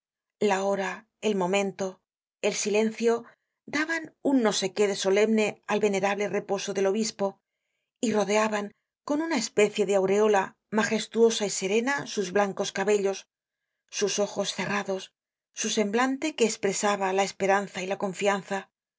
la hora el momento el silencio daban un no sé qué de solemne al venerable reposo del obispo y rodeaban con una especie de aureola magestuosa y serena sus blancos cabellos sus ojos cerrados su semblante que espresaba la esperanza y la confianza